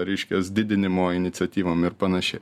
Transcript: reiškias didinimo iniciatyvom ir panašiai